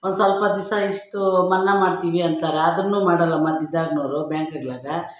ಒಂದು ಸ್ವಲ್ಪ ದಿವಸ ಇಷ್ಟೂ ಮನ್ನ ಮಾಡ್ತೀವಿ ಅಂತಾರೆ ಅದನ್ನು ಮಾಡಲ್ಲ ಮಧ್ಯದಾಗಿನವ್ರು ಬ್ಯಾಂಕ್ಗಳ್ಗೆ